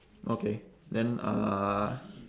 okay then uh